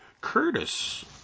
Curtis